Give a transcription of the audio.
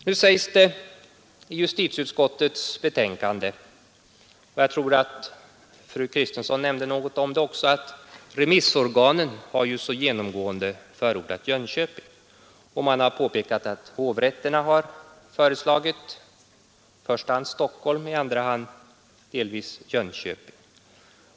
Nu framhåller justitieutskottet i sitt betänkande — och jag tror att också fru Kristensson nämnde något om det — att remissorganen genomgående förordat Jönköping. Man har påpekat att hovrätterna har föreslagit i första hand Stockholm, i andra hand delvis Jönköping.